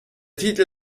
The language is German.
titel